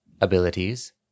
Abilities